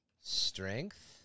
strength